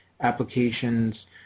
applications